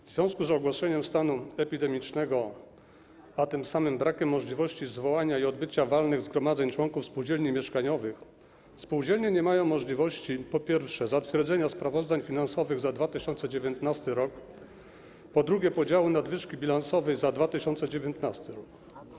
W związku z ogłoszeniem stanu epidemicznego, a tym samym brakiem możliwości zwołania i odbycia walnych zgromadzeń członków spółdzielni mieszkaniowych, spółdzielnie nie mają możliwości, po pierwsze, zatwierdzenia sprawozdań finansowych za 2019 r., po drugie, podziału nadwyżki bilansowej za 2019 r.